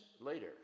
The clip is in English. later